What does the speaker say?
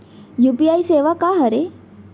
UPI सेवा का हरे?